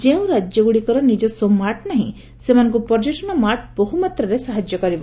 ଯେଉଁ ରାଜ୍ୟଗୁଡ଼ିକର ନିକସ୍ୱ ମାର୍ଟ ନାହିଁ ସେମାନଙ୍କୁ ପର୍ଯ୍ୟଟନ ମାର୍ଚ ବହୁ ମାତ୍ରାରେ ସାହାଯ୍ୟ କରିବ